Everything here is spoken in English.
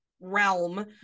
realm